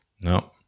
No